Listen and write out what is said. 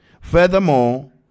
Furthermore